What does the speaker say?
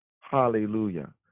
hallelujah